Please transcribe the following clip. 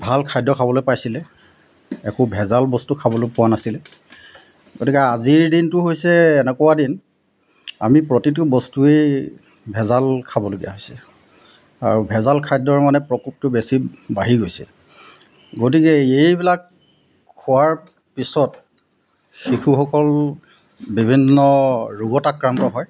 ভাল খাদ্য খাবলৈ পাইছিলে একো ভেজাল বস্তু খাবলৈ পোৱা নাছিলে গতিকে আজিৰ দিনটো হৈছে এনেকুৱা দিন আমি প্ৰতিটো বস্তুৱেই ভেজাল খাবলগীয়া হৈছে আৰু ভেজাল খাদ্যৰ মানে প্ৰকোপটো বেছি বাঢ়ি গৈছে গতিকে এইবিলাক খোৱাৰ পিছত শিশুসকল বিভিন্ন ৰোগত আক্ৰান্ত হয়